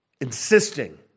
insisting